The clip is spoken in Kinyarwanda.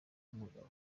nk’umugabo